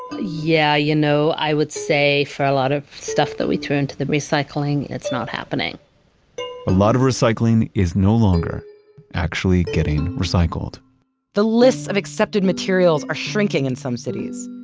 yeah, you know, i would say for a lot of stuff that we throw into the recycling, it's not happening a lot of recycling is no longer actually getting recycled the lists of accepted materials are shrinking in some cities.